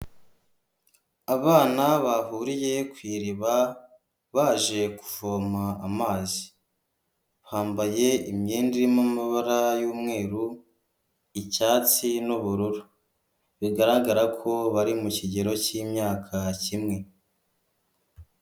Abana bahuriye ku iriba baje kuvoma amazi, bambaye imyenda irimo amabara y'umweru, icyatsi, n'ubururu, bigaragara ko bari mu kigero cy'imyaka kimwe.